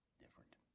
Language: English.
different